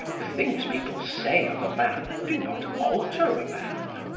the things people say of a man do not alter a man.